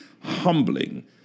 humbling